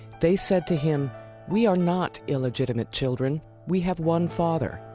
they said to him we are not illegitimate children. we have one father,